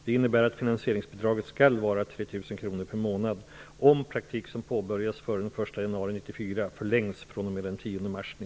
Det innebär att finansieringsbidraget skall vara 3 000 kronor per månad om praktik som påbörjats före den 1 januari